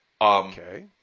Okay